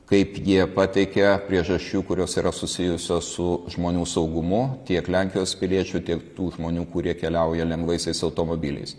kaip jie pateikia priežasčių kurios yra susijusios su žmonių saugumu tiek lenkijos piliečių tiek tų žmonių kurie keliauja lengvaisiais automobiliais